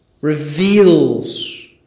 reveals